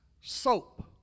soap